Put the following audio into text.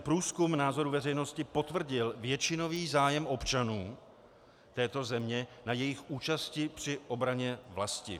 Průzkum názorů veřejnosti potvrdil většinový zájem občanů této země na jejich účasti při obraně vlasti.